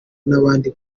n’ahandi